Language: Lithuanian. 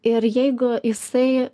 ir jeigu jisai